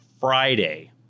Friday